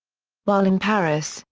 while in paris,